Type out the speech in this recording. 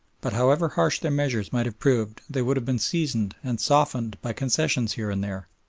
but however harsh their measures might have proved they would have been seasoned and softened by concessions here and there,